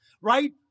right